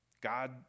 God